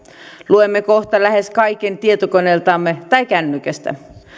luemme kohta lähes kaiken tietokoneeltamme tai kännykästä